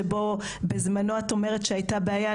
שבהם בזמנו את אומרת שהייתה בעיה,